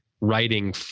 writing